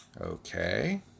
Okay